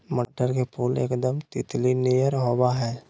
मटर के फुल एकदम तितली नियर होबा हइ